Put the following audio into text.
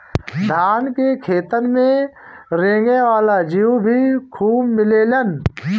धान के खेतन में रेंगे वाला जीउ भी खूब मिलेलन